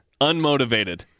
unmotivated